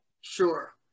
Sure